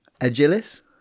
Agilis